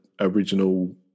original